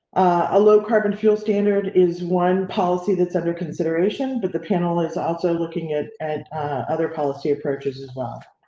a low carbon fuel standard is one policy that's under consideration. but the panel is also looking at at other policy approaches as well.